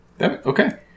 Okay